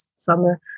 summer